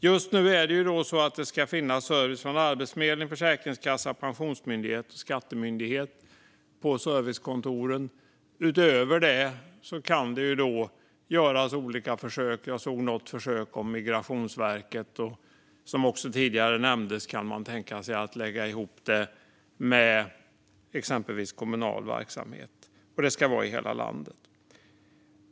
Just nu ska det finnas service från Arbetsförmedlingen, Försäkringskassan, Pensionsmyndigheten och Skatteverket på servicekontoren. Utöver det kan det göras olika försök. Jag såg något med Migrationsverket. Som tidigare nämndes kan man också tänka sig att lägga ihop det med exempelvis kommunal verksamhet. Det ska finnas i hela landet.